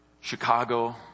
Chicago